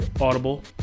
audible